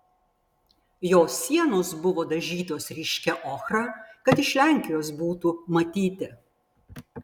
jo sienos buvo dažytos ryškia ochra kad iš lenkijos būtų matyti